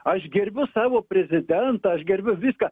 aš gerbiu savo prezidentą aš gerbiu vsiką